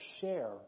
share